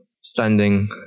standing